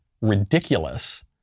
ridiculous